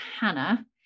Hannah